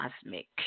cosmic